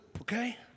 okay